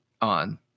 on